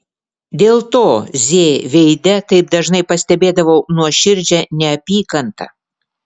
dėl to z veide taip dažnai pastebėdavau nuoširdžią neapykantą